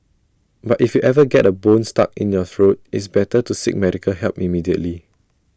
but if you ever get A bone stuck in your throat it's best to seek medical help immediately